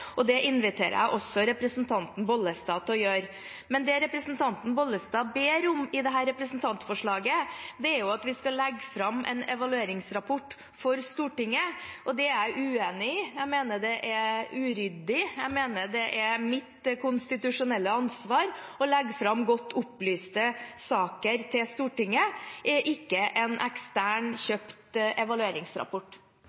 og det inviterer jeg også representanten Bollestad til å gjøre. Det representanten Bollestad ber om i dette representantforslaget, er at vi skal legge fram en evalueringsrapport for Stortinget, og det er jeg uenig i. Jeg mener det er uryddig. Jeg mener det er mitt konstitusjonelle ansvar å legge fram godt opplyste saker til Stortinget – ikke en ekstern,